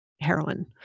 heroin